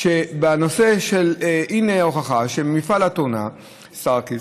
שבנושא של הינה ההוכחה, שמפעל הטונה סטארקיסט.